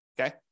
okay